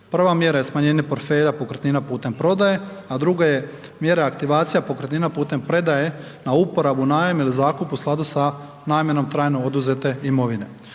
Prva mjera je smanjenje portfelja pokretnina putem prodaje, a druga je mjera aktivacije pokretnina putem predaje na uporabu, najam ili zakup u skladu sa namjenom trajno oduzete imovine.